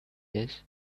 this